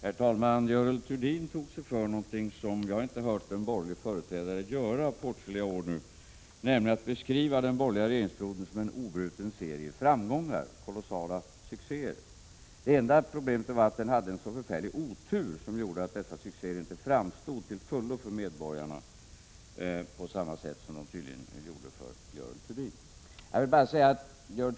Herr talman! Görel Thurdin tog sig före att göra någonting som jag inte hört en borgerlig företrädare göra på åtskilliga år, nämligen beskriva den borgerliga regeringsperioden som en obruten serie av kolossala succéer. Det enda problemet var att man hade en så förfärlig otur att dessa succéer inte framstod till fullo för medborgarna på samma sätt som de tydligen gjorde för Görel Thurdin.